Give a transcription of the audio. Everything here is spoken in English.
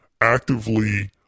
actively